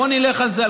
בואו נלך על זה,